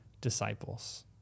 disciples